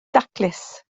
daclus